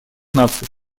наций